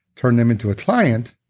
turned them into a client,